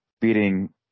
beating